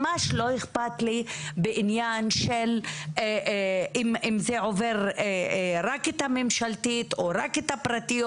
ממש לא אכפת לי מעניין של אם זה עובר רק את הממשלתית או רק את הפרטיות.